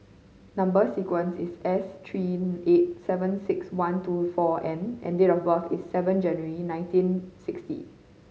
number sequence is S three eight seven six one two four N and date of birth is seven January nineteen sixty